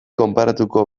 konparatuko